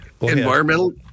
Environmental